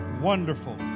wonderful